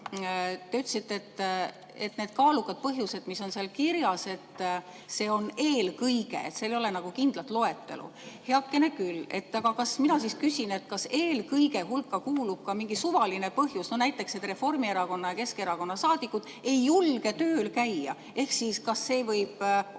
te vastasite, et need kaalukad põhjused, mis on seal kirjas, on "eelkõige", et seal ei ole kindlat loetelu. Heakene küll! Aga mina küsin: kas "eelkõige" hulka kuulub ka mingi suvaline põhjus, no näiteks, et Reformierakonna ja Keskerakonna saadikud ei julge tööl käia, ehk siis kas see võib olla